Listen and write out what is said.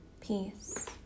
peace